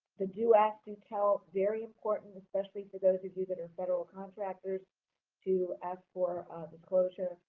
the do ask, do tell very important, especially for those of you that are federal contractors to ask for disclosure.